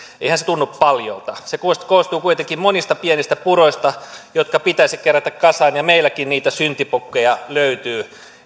eihän se tunnu paljolta se koostuu kuitenkin monista pienistä puroista jotka pitäisi kerätä kasaan ja meilläkin niitä syntipukkeja löytyy